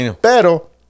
pero